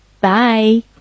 Bye